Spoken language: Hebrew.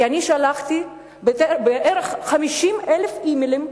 כי אני שלחתי בערך 50,000 אימיילים,